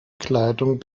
kleidung